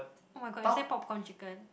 [oh]-my-god is that popcorn chicken